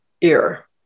ear